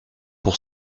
pour